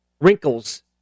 wrinkles